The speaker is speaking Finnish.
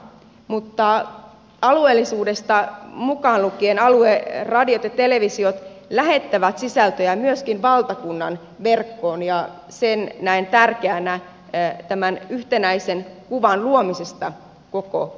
mutta alueilta mukaan lukien alueradiot ja televisiot lähetetään sisältöjä myöskin valtakunnan verkkoon ja sen näen tärkeänä tämän yhtenäisen kuvan luomiseksi koko maasta